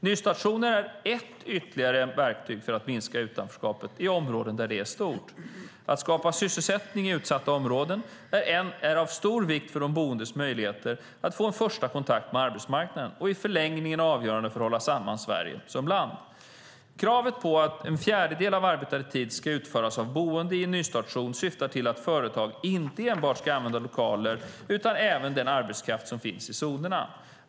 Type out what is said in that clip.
Nystartszoner är ett ytterligare verktyg för att minska utanförskapet i områden där det är stort. Att skapa sysselsättning i utsatta områden är av stor vikt för de boendes möjligheter att få en första kontakt med arbetsmarknaden och i förlängningen avgörande för att hålla samman Sverige som land. Kravet på att en fjärdedel av arbetad tid ska utföras av boende i en nystartszon syftar till att företag inte enbart ska använda lokaler utan även den arbetskraft som finns i zonerna.